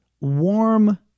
warm